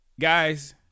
guys